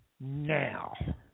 now